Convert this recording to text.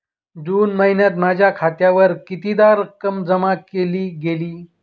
जून महिन्यात माझ्या खात्यावर कितीदा रक्कम जमा केली गेली?